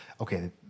okay